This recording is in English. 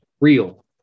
real